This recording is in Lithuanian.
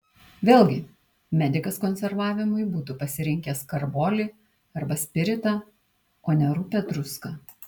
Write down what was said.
vėlgi medikas konservavimui būtų pasirinkęs karbolį arba spiritą o ne rupią druską